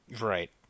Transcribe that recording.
Right